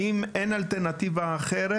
האם אין אלטרנטיבה אחרת,